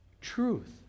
Truth